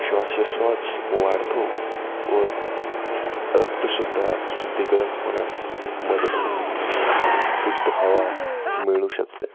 श्वासोच्छ्वास वाढतो व रक्तशुद्ध शुद्धीकरण होण्यास मदत होत्या शुद्ध हवा मिळू शकते